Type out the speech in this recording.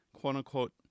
quote-unquote